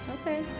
Okay